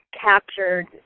captured